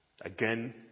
Again